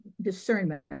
discernment